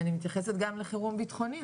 אני מתייחסת גם לחירום בטחוני,